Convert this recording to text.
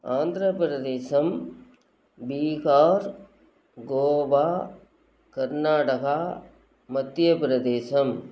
Andhra Pradesh Bihar Goa Karnataka Madhya Pradesh